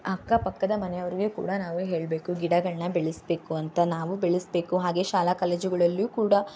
ಅಕ್ಕಪಕ್ಕದ ಮನೆಯವ್ರಿಗೆ ಕೂಡ ನಾವೇ ಹೇಳಬೇಕು ಗಿಡಗಳನ್ನು ಬೆಳೆಸಬೇಕು ಅಂತ ನಾವು ಬೆಳೆಸಬೇಕು ಹಾಗೇ ಶಾಲಾ ಕಾಲೇಜುಗಳಲ್ಲಿಯೂ ಕೂಡ